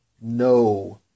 no